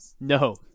No